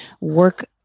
work